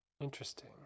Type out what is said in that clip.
Interesting